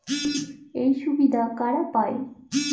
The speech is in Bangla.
এই সুবিধা কারা পায়?